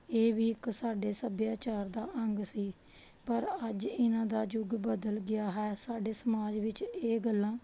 ਇਹ ਵੀ ਇੱਕ ਸਾਡੇ ਸੱਭਿਆਚਾਰ ਦਾ ਅੰਗ ਸੀ ਪਰ ਅੱਜ ਇਹਨਾਂ ਦਾ ਯੁੱਗ ਬਦਲ ਗਿਆ ਹੈ ਸਾਡੇ ਸਮਾਜ ਵਿੱਚ ਇਹ ਗੱਲਾਂ